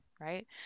right